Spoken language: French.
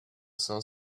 cinq